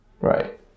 Right